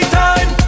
time